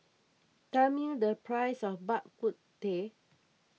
tell me the price of Bak Kut Teh